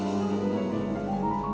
or